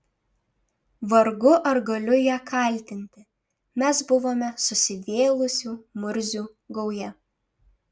vargu ar galiu ją kaltinti mes buvome susivėlusių murzių gauja